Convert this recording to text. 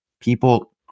people